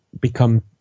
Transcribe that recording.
become